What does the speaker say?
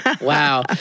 Wow